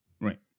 Right